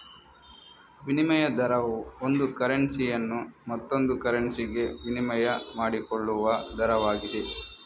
ವಿನಿಮಯ ದರವು ಒಂದು ಕರೆನ್ಸಿಯನ್ನು ಮತ್ತೊಂದು ಕರೆನ್ಸಿಗೆ ವಿನಿಮಯ ಮಾಡಿಕೊಳ್ಳುವ ದರವಾಗಿದೆ